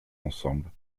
ensemble